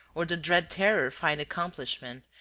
or the dread terror find accomplishment,